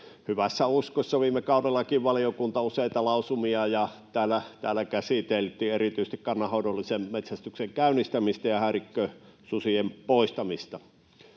Hyvässä uskossa viime kaudellakin valiokunta teki useita lausumia, ja täällä käsiteltiin erityisesti kannanhoidollisen metsästyksen käynnistämistä ja häirikkösusien poistamista.